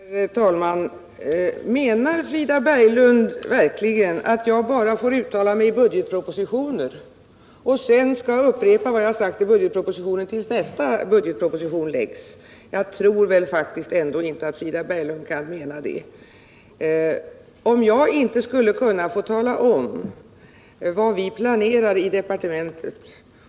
Herr talman! Menar Frida Berglund verkligen att jag bara får uttala mig i budgetpropositionen och sedan skall upprepa vad jag sagt i den tills nästa budgetproposition läggs? Jag tror faktiskt inte att Frida Berglund menar det. Jag måste kunna få tala om vad vi planerar i departementet.